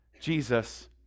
Jesus